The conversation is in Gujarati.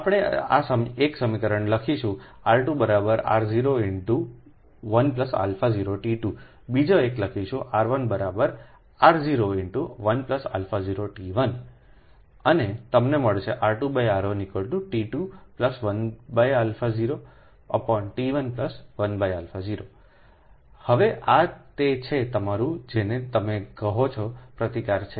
આપણે એક સમીકરણ લખીશું R2R01α0T2 બીજા એક લખશેR1R01α0T1 અને 2605 સંદર્ભ લો સમય તમને મળશે R2R1 T2 10T1 10 હવે આ તે છે કે તમારું જેને તમે આ કહ છો તે પ્રતિકાર છે